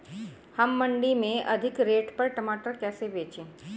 हम मंडी में अधिक रेट पर टमाटर कैसे बेचें?